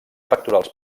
pectorals